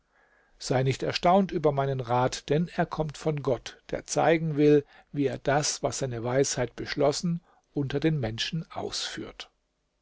sei nicht erstaunt über meinen rat denn er kommt von gott der zeigen will wie er das was seine weisheit beschlossen unter den menschen ausführt